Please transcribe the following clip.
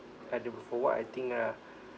ah the for what I think ah